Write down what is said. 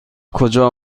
کجا